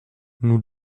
nous